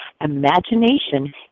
Imagination